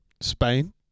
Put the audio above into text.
Spain